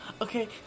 okay